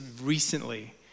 recently